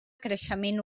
creixement